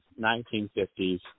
1950s